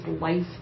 life